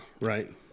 right